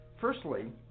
Firstly